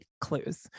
clues